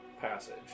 passage